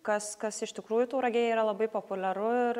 kas kas iš tikrųjų tauragėje yra labai populiaru ir